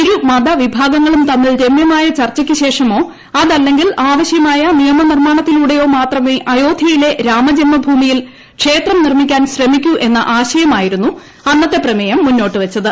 ഇരുമതവിഭാഗങ്ങളും തമ്മിൽ രമ്യമായ ചർച്ചയ്ക്കു ശേഷമോ അതല്ലെങ്കിൽ ആവശ്യമായ നിയമനിർമ്മാണത്തിലൂടെയോ മാത്രമേ അയോദ്ധ്യയിലെ രാമജൻമഭൂമിയിൽ ക്ഷേത്രം നിർമ്മിക്കാൻ ശ്രമിക്കൂ എന്ന ആശയമായിരുന്നു അന്നത്തെ പ്രമേയം മുന്നോട്ട് വച്ചത്